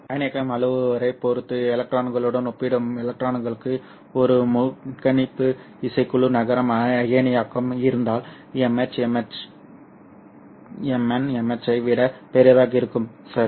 அயனியாக்கம் அளவுருவைப் பொறுத்து எலக்ட்ரான்களுடன் ஒப்பிடும்போது எலக்ட்ரான்களுக்கு ஒரு முன்கணிப்பு இசைக்குழு நகரம் அயனியாக்கம் இருந்தால் Mn Mh ஐ விட பெரியதாக இருக்கும் சரி